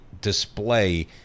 display